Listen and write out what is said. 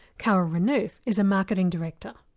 carole renouf is a marketing director.